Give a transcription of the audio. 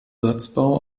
satzbau